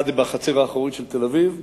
אחד זה בחצר האחורית של תל-אביב,